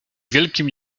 wielkim